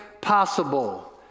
possible